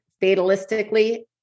fatalistically